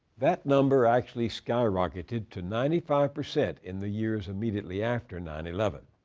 that number actually skyrocketed to ninety five percent in the years immediately after nine eleven.